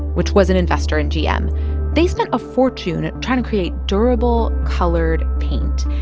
which was an investor in gm they spent a fortune trying to create durable, colored paint.